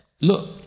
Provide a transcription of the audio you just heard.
Look